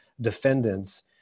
defendants